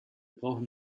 brauchen